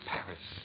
Paris